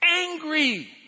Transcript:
angry